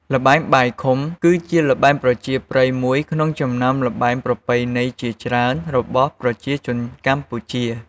ល្បែងបាយខុំ គឺជាល្បែងប្រជាប្រិយមួយក្នុងចំណោមល្បែងប្រពៃណីជាច្រើនរបស់ប្រជាជនកម្ពុជា។